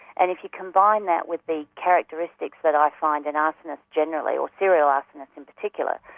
and if you combine that with the characteristics that i find in arsonists generally, or serial arsonists in particular,